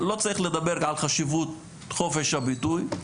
לא צריך לדבר על חשיבות חופש הביטוי.